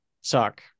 suck